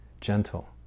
gentle